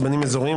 רבנים אזוריים,